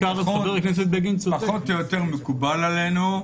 --- פחות או יותר מקובל עלינו,